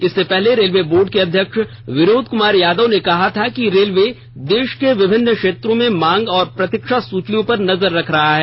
इससे पहले railway board के अध्यक्ष विनोद कुमार यादव ने कहा था कि रेलवे देश के विभिन्न क्षेत्रों में मांग और प्रतीक्षा सूचियों पर नजर रख रहा है